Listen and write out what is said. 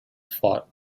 fought